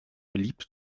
beliebte